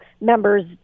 members